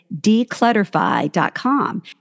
declutterfy.com